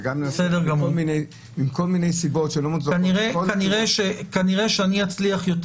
וגם מנסה עם כל מיני סיבות שהן לא מוצדקות --- כנראה שאני אצליח יותר